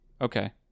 Okay